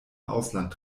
ausland